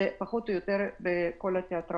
שזה פחות או יותר כמו בכל התיאטראות.